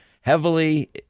heavily